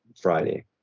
friday